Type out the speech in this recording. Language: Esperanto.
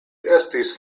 estis